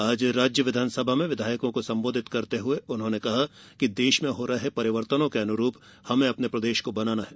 आज राज्य विधानसभा में विधायकों को संबोधित करते हुए उन्होंने कहा कि देश में हो रहे परिवर्तनों के अनुरूप हमें प्रदेश को बनाना है